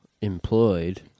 employed